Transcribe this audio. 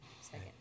Second